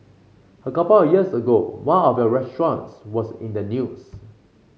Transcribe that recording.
a couple of years ago one of your restaurants was in the news